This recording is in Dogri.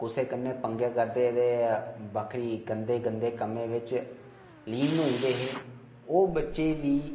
कुसै कन्ने पंगे करदे हे ते बखरी गंदे गंदे कम्मे बिच्च लीन होई गेदै है ओह् बच्चे बी